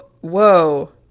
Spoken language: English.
whoa